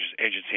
agency